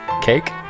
Cake